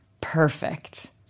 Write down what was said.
perfect